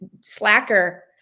slacker